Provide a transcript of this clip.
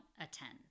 attend